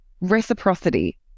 reciprocity